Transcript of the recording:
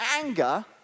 anger